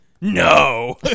No